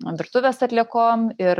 virtuvės atliekom ir